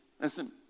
listen